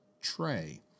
tray